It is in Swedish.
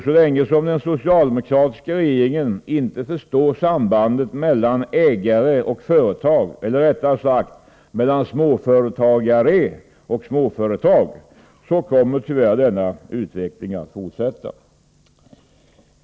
Så länge den socialdemokratiska regeringen inte förstår sambandet mellan ägare och företag, eller rättare sagt mellan småföretagare och småföretag, så kommer tyvärr denna utveckling att fortsätta.